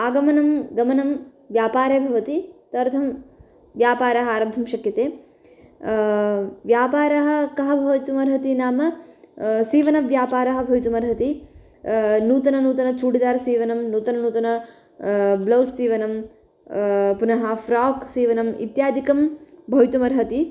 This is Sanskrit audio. आगमनं गमनं व्यापारे भवति तदर्थं व्यापारः आरब्धुं शक्येते व्यापारः कः भवितुमर्हति नाम सीवनव्यापारः भवितुमर्हति नूतननूतनचूडिदार् सीवनं नूतननूतनब्लौस् सीवनं पुनः फ्रोक् सीवनम् इत्यादिकं भवितुमर्हति